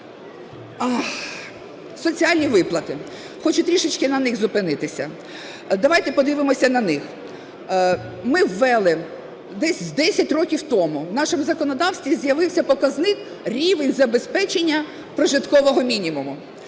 Соціальні виплати. Хочу трішечки на них зупинитися. Давайте подивимося на них. Ми ввели, десь з 10 років тому в нашому законодавстві з'явився показник "рівень забезпечення прожиткового мінімуму".